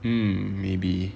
mm maybe